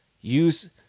use